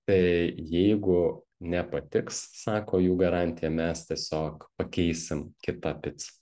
tai jeigu nepatiks sako jų garantija mes tiesiog pakeisim kita pica